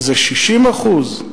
זה 60%?